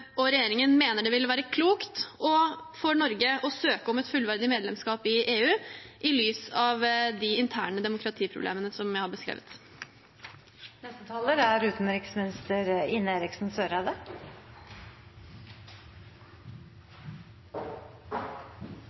og regjeringen det ville være klokt for Norge å søke om et fullverdig medlemskap i EU, i lys av de interne demokratiproblemene som jeg har